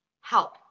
help